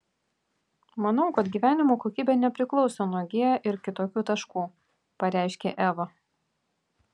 manau kad gyvenimo kokybė nepriklauso nuo g ir kitokių taškų pareiškė eva